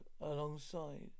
alongside